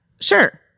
sure